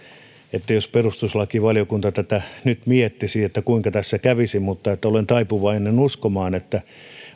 kävisi jos perustuslakivaliokunta tätä nyt miettisi mutta olen taipuvainen uskomaan että